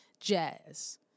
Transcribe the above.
Jazz